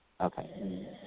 Okay